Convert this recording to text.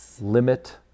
limit